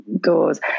doors